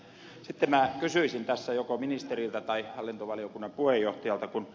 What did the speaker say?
sitten minä kysyisin tässä joko ministeriltä tai hallintovaliokunnan puheenjohtajalta